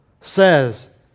says